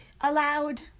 allowed